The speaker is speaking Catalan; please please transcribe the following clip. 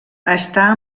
està